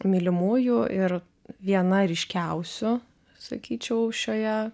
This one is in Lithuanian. mylimųjų ir viena ryškiausių sakyčiau šioje